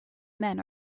men